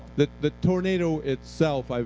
the the tornado itself,